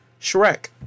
shrek